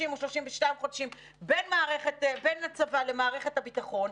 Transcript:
או 32 חודשים בין הצבא למערכת הביטחון.